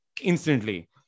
instantly